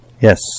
Yes